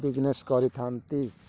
business କରିଥାଆନ୍ତି